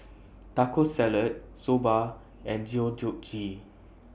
Taco Salad Soba and Deodeok Gui